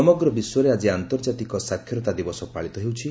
ସମଗ୍ର ବିଶ୍ୱରେ ଆଜି ଆନ୍ତର୍ଜାତିକ ସାକ୍ଷରତା ଦିବସ ପାଳିତ ହେଉଛି